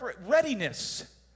readiness